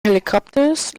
helicopters